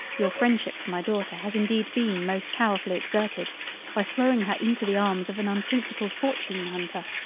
your freindship for my daughter has indeed been most powerfully exerted by throwing her into the arms of an unprincipled fortune-hunter.